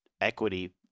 equity